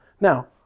Now